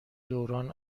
دوران